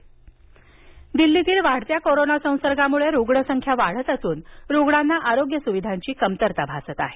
मनीष सिसोदिया दिल्लीतील वाढत्या कोरोना संसर्गामुळे रुग्णसंख्या वाढत असून रुग्णांना आरोग्य सुविधांची कमतरता भासत आहे